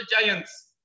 giants